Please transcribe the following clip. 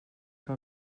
que